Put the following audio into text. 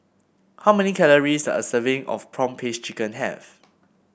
how many calories does a serving of prawn paste chicken have